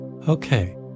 Okay